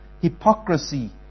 hypocrisy